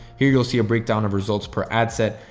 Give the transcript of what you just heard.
here you'll see a breakdown of results per ad set.